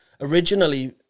originally